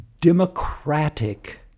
democratic